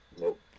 Nope